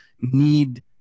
need